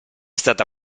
stata